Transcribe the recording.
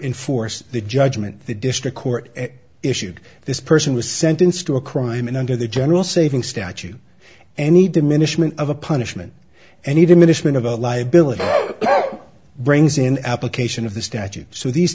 in force the judgment the district court issued this person was sentenced to a crime and under the general saving statute any diminishment of a punishment any diminishment of a liability brings in application of the statute so these